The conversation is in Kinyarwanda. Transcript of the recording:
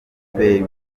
mugabe